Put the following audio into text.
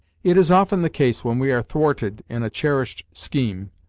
it is often the case when we are thwarted in a cherished scheme,